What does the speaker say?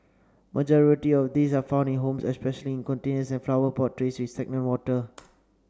majority of these are found in homes especially in containers and flower pot trays with stagnant water